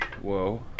Whoa